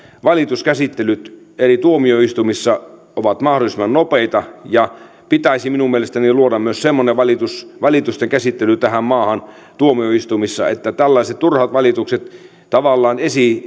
valituskäsittelyt eri tuomioistuimissa ovat mahdollisimman nopeita ja pitäisi minun mielestäni luoda myös semmoinen valitusten käsittely tähän maahan tuomioistuimissa että tällaiset turhat valitukset tavallaan